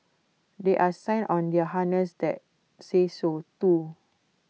there are sign on their harness that say so too